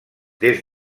des